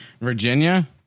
Virginia